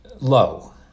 Low